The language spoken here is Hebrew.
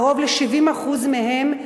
קרוב ל-70% מהן,